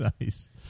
Nice